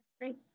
Great